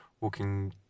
walking